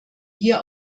hier